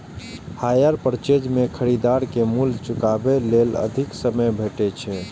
hire purchase मे खरीदार कें मूल्य चुकाबै लेल अधिक समय भेटै छै